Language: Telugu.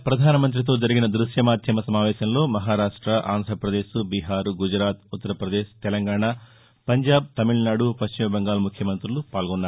ప్రధానమంతితో జరిగిన దృశ్య మాద్యమ సమావేశంలో మహారాష్ట ఆంధ్రప్రదేశ్ బీహార్ గుజరాత్ ఉత్తర పదేశ్ తెలంగాణ పంజాబ్ తమిళనాడు పశ్చిమ బెంగాల్ ముఖ్యమంతులు పాల్గొన్నారు